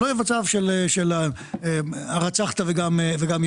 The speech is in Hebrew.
שלא יהיה מצב של הרצחת וגם ירשת.